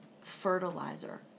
fertilizer